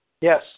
Yes